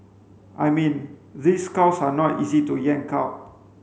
I mean these cows are not easy to yank out